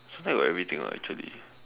suntec got everything [what] actually